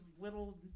little